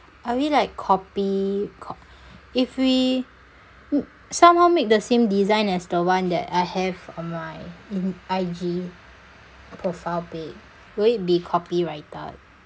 are we like copy co~ if we somehow make the same design as the one that I have on my in~ I_G profile pic will it be copyrighted